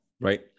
right